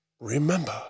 remember